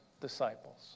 disciples